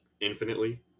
Infinitely